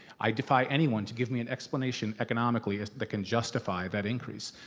i defy anyone to give me an explanation economically that can justify that increase.